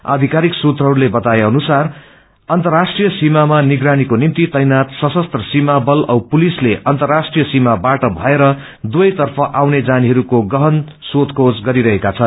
आयिकारिक सूत्रहस्ते आज बताए कि अर्न्तराष्ट्रिय सीमामा निगरिनीको निम्ति तैनात सशस्त्र सीमाबल औ पुलिसले अन्तराष्ट्रिय सीमाबाट भएर दुवैतर्फ आउने जानेहस्को गहन सोधखोज गरिरहेका छन्